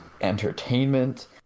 entertainment